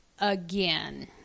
again